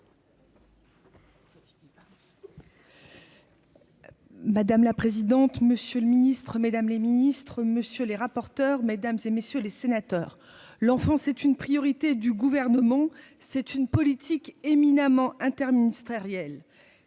Madame la présidente, monsieur le Ministre Mesdames les Ministres monsieur les rapporteurs, mesdames et messieurs les sénateurs, l'enfant, c'est une priorité du gouvernement c'est une politique éminemment interministérielle